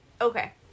Okay